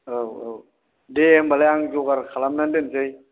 औ औ दे होनबालाय आं जगार खालामनानै दोननोसै